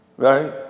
Right